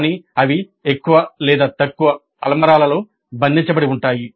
కానీ అవి ఎక్కువ లేదా తక్కువ అల్మారాల్లో బంధించబడి ఉంటాయి